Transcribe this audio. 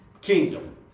kingdom